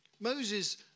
Moses